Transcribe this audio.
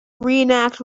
reenact